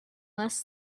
less